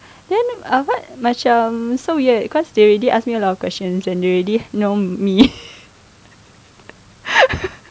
then uh what macam um so weird cause they already asked me a lot of questions and they already know me